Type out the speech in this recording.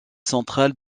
centrale